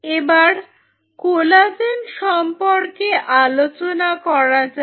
এবার কোলাজেন সম্পর্কে আলোচনা করা যাক